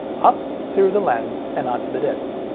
up through the lens, and onto the disc.